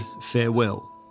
farewell